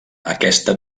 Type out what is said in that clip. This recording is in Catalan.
aquesta